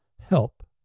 help